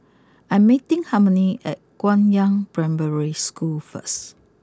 I'm meeting Harmony at Guangyang Primary School first